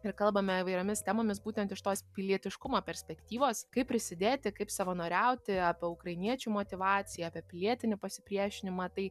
ir kalbame įvairiomis temomis būtent iš tos pilietiškumo perspektyvos kaip prisidėti kaip savanoriauti apie ukrainiečių motyvaciją apie pilietinį pasipriešinimą tai